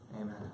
Amen